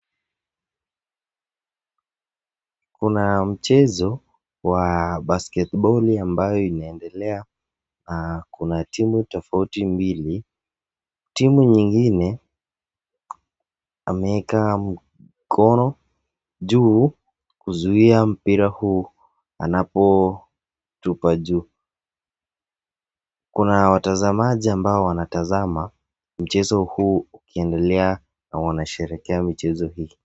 Kuna mchezo wa basket ball ambayo inaendelea na kuna timu tofauti mbili. Timu nyingine ameweka mkono juu kuzuia mpira huu anapotupa juu. Kuna watazamaji ambao wanatazama mchezo huu ukiendelea na wanasherehekea mchezo hii.